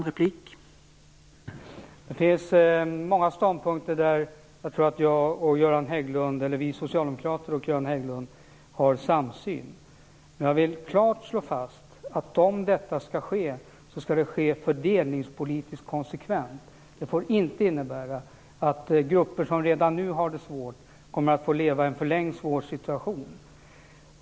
Herr talman! Jag tror att vi socialdemokrater och Göran Hägglund har en samsyn när det gäller många ståndpunkter. Men jag vill klart slå fast att detta skall ske fördelningspolitiskt konsekvent - om det skall ske. Det får inte innebära att grupper som redan nu har det svårt kommer att få leva i en förlängd svår situation.